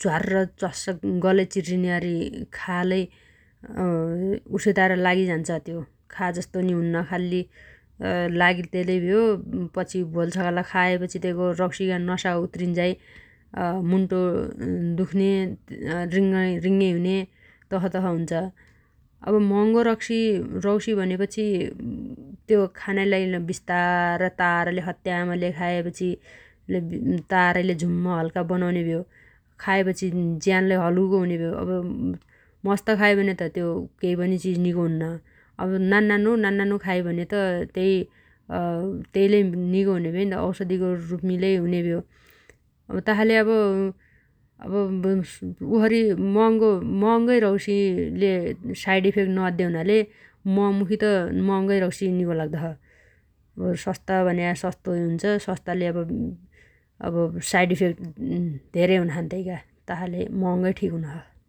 झ्वार्र च्वास्स गलै चिर्रिन्या अरी खालै उसैतार लागिझान्छ त्यो । खाजस्तो नि हुन्न । खाल्ली लाग्तेलै भ्यो पछि भोलछगाल खाएपछि तैगो रौसीगा नसा उत्रीन्झाइ मुन्टो दुख्न्या रिङ्ङेइ हुन्या तसतस हुन्छ । अब मह‌गो रक्सी रौसी भनेपछि त्यो खानाइ लागि लै बिस्तार तारले सत्यामले खाएपछि तारले हल्का झुम्म बनाउने भ्यो । खाएपछि ज्यानलै हलुगो हुनेभ्यो । अब मस्त खायो भने त त्यो केइपनी चिज निगो हुन्न अब नान्नानो नान्नानो खाइ भने त त्यै_त्यैलै निगो हुने भएइन्त अउथोगो रुपमी लै हुनेभ्यो । अब तासाले अब उसरी मह‌गो मह‌गै रौसीले साइड इफेक्ट नअद्दे हुनाले मुखी त मह‌गै रौसी निगो लाउदो छ । अब सस्ता भन्या सस्तै हुन्छ सस्ताले अब साइड इफेक्ट धेरै हुनाछन् तैगा । तासाले मह‌गै ठिक हुनोछ ।